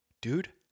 dude